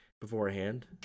beforehand